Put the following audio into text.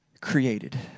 created